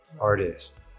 artist